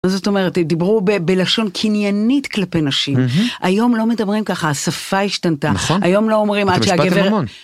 זאת אומרת, דיברו בלשון קניינית כלפי נשים, היום לא מדברים ככה, השפה השתנתה, נכון, היום לא אומרים עד שהגבר, המשפט של רמון...